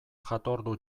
jatordu